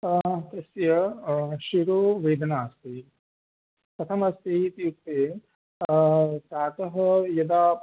अस्य शिरोवेदना अस्ति कथमस्ति इत्युक्ते प्रातः यदा